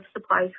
supplies